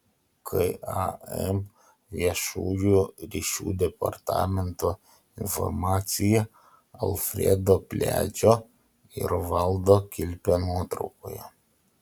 kam viešųjų ryšių departamento informacija alfredo pliadžio ir valdo kilpio nuotraukoje